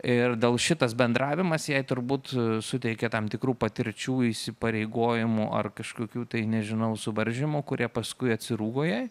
ir dėl šitas bendravimas jei turbūt suteikė tam tikrų patirčių įsipareigojimų ar kažkokių tai nežinau suvaržymų kurie paskui atsirūgo jai